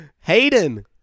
Hayden